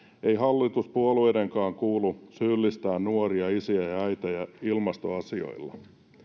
ei hallituspuolueidenkaan kuulu syyllistää nuoria isiä ja äitejä ilmastoasioilla